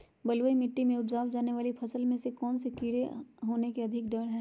बलुई मिट्टी में उपजाय जाने वाली फसल में कौन कौन से कीड़े होने के अधिक डर हैं?